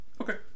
Okay